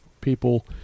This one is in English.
people